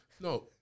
No